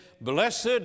blessed